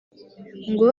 ngo